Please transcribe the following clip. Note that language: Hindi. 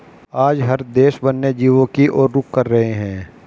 आज हर देश वन्य जीवों की और रुख कर रहे हैं